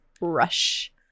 rush